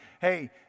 hey